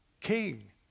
king